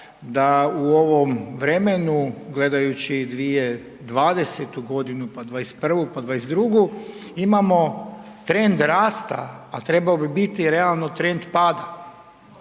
da u ovom vremenu gledajući 2020.godinu, pa '21. pa '22. imamo trend rasta, a trebao bi realno trend pada